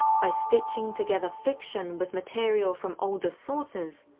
by stitching together fiction with material from older sources,